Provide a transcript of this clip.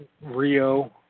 Rio